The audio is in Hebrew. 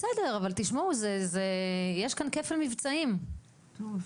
נו בסדר אבל תשמעו זה, יש כאן כפל מבצעים, לא?